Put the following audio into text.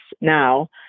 now